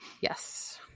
Yes